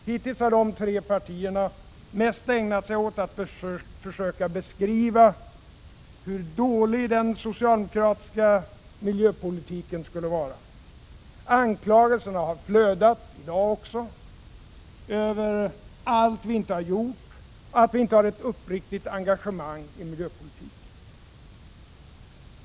Hittills har de tre partierna mest ägnat sig åt att försöka beskriva hur dålig den socialdemokratiska miljöpolitiken är. Anklagelserna har flödat — även i dag — över allt vi inte har gjort och över att vi inte haft ett uppriktigt engagemang för miljön.